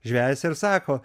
žvejas ir sako